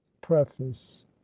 Preface